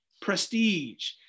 prestige